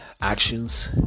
Actions